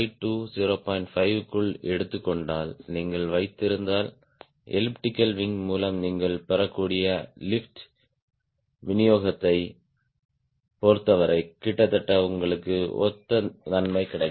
5 க்குள் எடுத்துக் கொண்டால் நீங்கள் வைத்திருந்தால் எலிப்டிக் விங் மூலம் நீங்கள் பெறக்கூடிய லிப்ட் விநியோகத்தைப் பொறுத்தவரை கிட்டத்தட்ட உங்களுக்கு ஒத்த நன்மை கிடைக்கும்